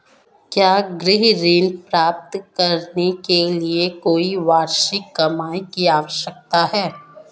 क्या गृह ऋण प्राप्त करने के लिए कोई वार्षिक कमाई की आवश्यकता है?